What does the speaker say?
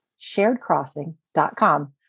sharedcrossing.com